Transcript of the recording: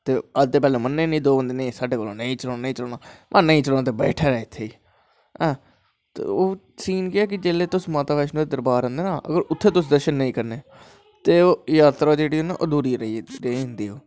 ते अस ते पैह्लें दो बंदे मन्ने गै नी कि साढ़े कोला दा नेंई चलोनां नेंई चलोनां नेंई चलोनां ते बैठे रैह् इत्थें गै ते सीन केह् कि जिसलै तुस माता दे दरवार आंदे ते उत्थै तुस दर्शन नेंई करनें ते जात्तरा जेह्ड़ी अधूरी रेही जंदी ऐ ओह्